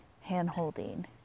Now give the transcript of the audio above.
hand-holding